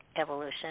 evolution